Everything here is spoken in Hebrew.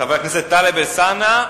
הוא חבר הכנסת טלב אלסאנע,